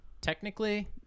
technically